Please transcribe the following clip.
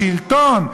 השלטון,